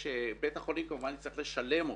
ושבית החולים כמובן יצטרך לשלם אותו.